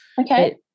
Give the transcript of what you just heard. Okay